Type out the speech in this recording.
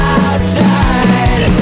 outside